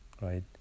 Right